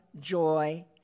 joy